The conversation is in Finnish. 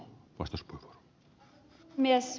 arvoisa puhemies